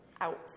out